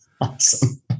Awesome